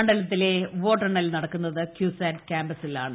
മണ്ഡല്ലത്തിലെ വോട്ടെണ്ണൽ നടക്കുന്നത് കുസാറ്റ് ക്യാമ്പസിലാണ്